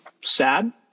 sad